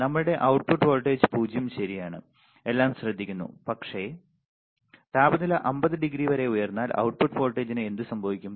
നമ്മളുടെ output voltage 0 ശരിയാണ് എല്ലാം ശ്രദ്ധിക്കുന്നു പക്ഷേ താപനില 50 ഡിഗ്രി വരെ ഉയർന്നാൽ output വോൾട്ടേജിനു എന്ത് സംഭവിക്കും